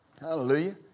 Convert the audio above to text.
Hallelujah